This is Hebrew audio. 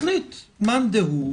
החליט מאן דהוא,